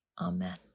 Amen